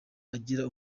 agira